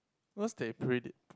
because they